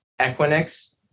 Equinix